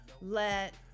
let